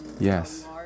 Yes